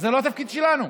זה לא התפקיד שלנו.